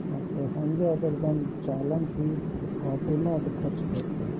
ಮತ್ತು ಹಂಗೆ ಅದರ್ದೊಂದು ಚಾಲನ್ ಫೀಸ್ ಕಾಪಿನು ಅದಕ್ಕೆ ಹಚ್ಚಬೇಕ್ರಿ